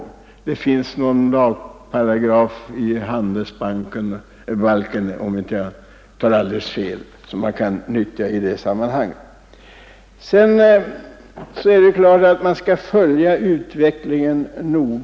Det finns, om jag inte minns alldeles fel, någon paragraf i handelsbalken som kan utnyttjas i detta sammanhang. Givetvis skall man noga följa utvecklingen.